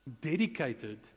dedicated